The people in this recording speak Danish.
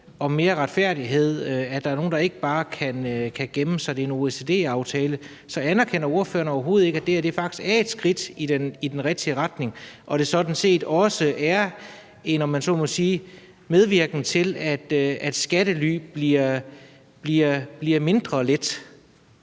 om mere retfærdighed, og at der er nogle, der ikke bare kan gemme sig. Det er en OECD-aftale. Så anerkender ordføreren overhovedet ikke, at det her faktisk er et skridt i den rigtige retning, og at det sådan set også er en, om man så må sige, medvirken til, at det med skattely bliver mindre let?